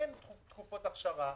אין תקופות אכשרה,